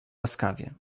łaskawie